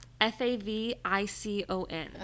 F-A-V-I-C-O-N